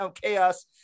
Chaos